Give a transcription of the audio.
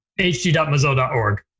hg.mozilla.org